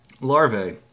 larvae